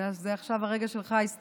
זה עכשיו הרגע שלך, ההיסטורי.